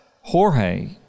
Jorge